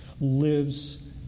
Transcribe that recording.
lives